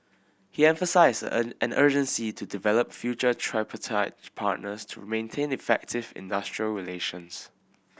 he emphasised an an urgency to develop future tripartite partners to maintain effective industrial relations